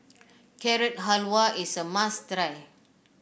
Carrot Halwa is a must try